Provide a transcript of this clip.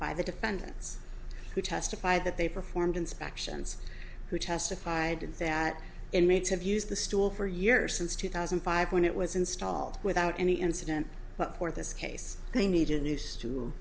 by the defendants who testified that they performed inspections who testified that inmates have used the stool for years since two thousand and five when it was installed without any incident but for this case they needed new